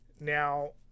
Now